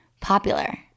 popular